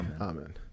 amen